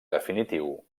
definitiu